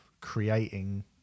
creating